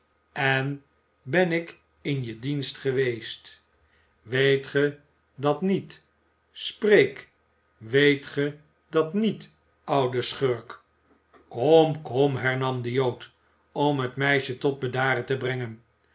en ben ik in je dienst geweest weet ge dat niet spreek weet ge dat niet oude schurk kom kom hernam de jood om het meisje tot bedaren te brengen